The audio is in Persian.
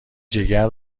جگر